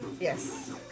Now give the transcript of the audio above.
Yes